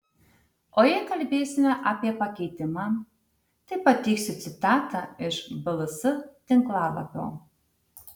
o jei kalbėsime apie pakeitimą tai pateiksiu citatą iš bls tinklalapio